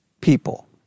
people